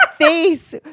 face